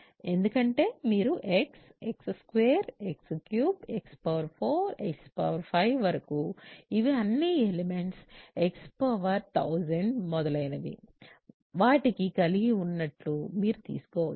ఎందుకంటే మీరు xx2 x3x4 x5 వరకు ఇవి అన్ని ఎలిమెంట్స్ x1000మొదలైన వాటిని కలిగి ఉన్నట్లు మీరు తీసుకోవచ్చు